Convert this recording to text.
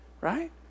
right